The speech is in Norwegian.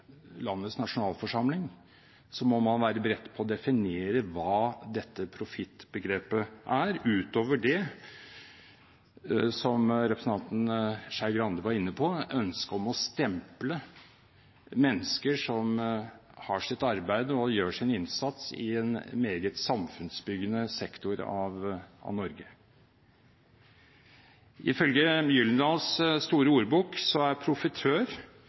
landets nasjonalforsamling, må man være beredt på å definere hva dette profittbegrepet er, utover – som representanten Skei Grande var inne på – ønsket om å stemple mennesker som har sitt arbeid og gjør sin innsats i en meget samfunnsbyggende sektor av Norge. Ifølge Gyldendals store ordbok er en profitør